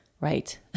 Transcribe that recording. right